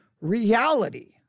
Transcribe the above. reality